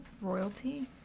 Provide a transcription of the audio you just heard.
royalty